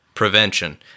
prevention